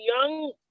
young